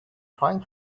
trying